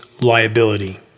liability